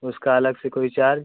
उसका अलग से कोई चार्ज